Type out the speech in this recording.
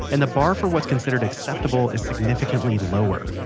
and the bar for what's considered acceptable is significantly lower.